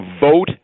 vote